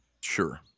Sure